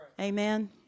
Amen